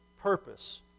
purpose